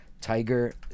Tiger